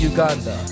Uganda